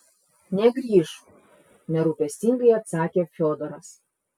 negrįš nerūpestingai atsakė fiodoras